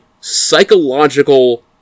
psychological